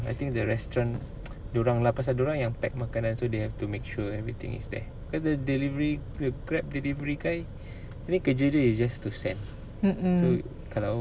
mm mm